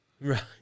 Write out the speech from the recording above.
Right